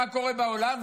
מה קורה בעולם,